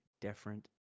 different